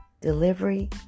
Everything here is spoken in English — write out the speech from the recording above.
delivery